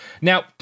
Now